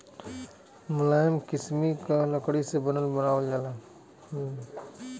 मुलायम किसिम क लकड़ी से फर्नीचर बनावल जाला